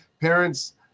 parents